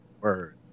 word